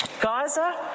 Gaza